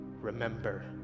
remember